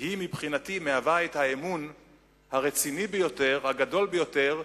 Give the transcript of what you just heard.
היא מבחינתי האמון הרציני ביותר, הגדול ביותר,